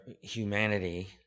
humanity